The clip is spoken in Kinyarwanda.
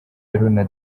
peru